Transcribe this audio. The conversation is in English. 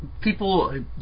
people